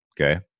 Okay